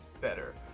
better